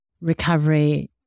recovery